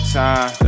time